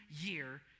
year